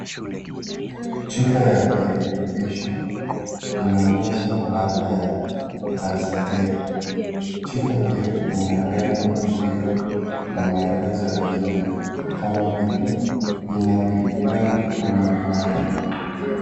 Chupa ya virutubisho ,inaonyesha ladha ya rasibery. Chupa hiyo ina lenbo llio na maelezo ya kina kama vile ina miliplani kuni na nane.